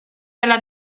della